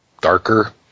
darker